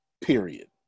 period